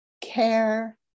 care